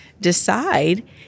decide